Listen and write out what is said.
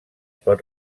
pot